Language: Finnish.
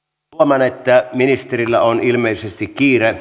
huomaan että ministerillä on ilmeisesti kiire